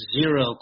zero